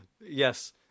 yes